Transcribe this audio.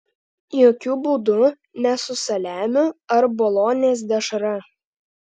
jokiu būdu ne su saliamiu ar bolonės dešra